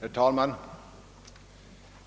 Herr talman!